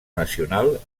nacional